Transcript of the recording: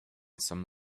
some